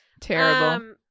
Terrible